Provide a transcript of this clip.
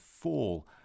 fall